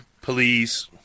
police